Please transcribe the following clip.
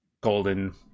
golden